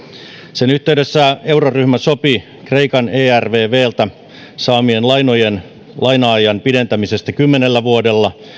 sen yhteydessä euroryhmä sopi kreikan ervvltä saamien lainojen laina ajan pidentämisestä kymmenellä vuodella